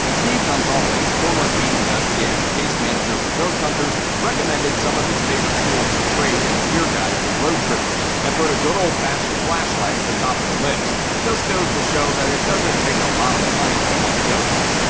steve gonsalves, former lead investigator and case manager for ghost hunters, recommended some of his favorite tools of the trade in and a gear guide for roadtrippers, and put a good old fashioned flashlight at the top of the list. just goes to show that it doesn't take a lot of money to hunt ghosts.